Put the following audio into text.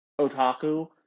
otaku